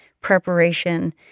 preparation